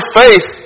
faith